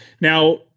Now